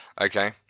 okay